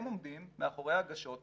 הם עומדים מאחורי ההגשות ל-ICC,